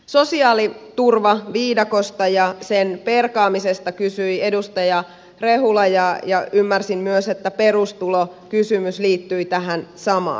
sosiaaliturvaviidakosta ja sen perkaamisesta kysyi edustaja rehula ja ymmärsin myös että perustulokysymys liittyi tähän samaan